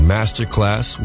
Masterclass